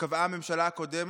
שקבעה הממשלה הקודמת,